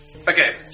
Okay